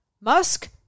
Musk